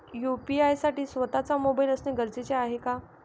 UPI साठी स्वत:चा mobile असणे गरजेचे आहे का?